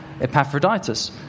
Epaphroditus